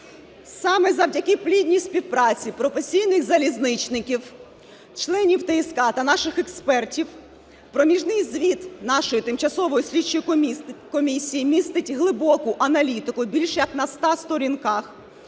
Саме завдяки плідній співпраці професійних залізничників, членів ТСК та наших експертів проміжний звіт нашої Тимчасової слідчої комісії містить глибоку аналітику більше як на 100 сторінках,